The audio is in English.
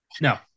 No